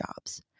jobs